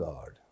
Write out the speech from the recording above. God